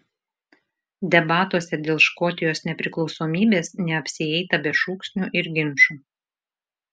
debatuose dėl škotijos nepriklausomybės neapsieita be šūksnių ir ginčų